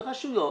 ברשויות,